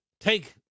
Take